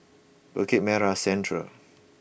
Bukit Merah Central